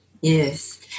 Yes